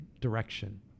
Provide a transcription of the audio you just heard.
direction